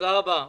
תודה רבה.